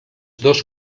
dos